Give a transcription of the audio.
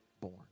born